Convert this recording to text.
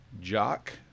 Jock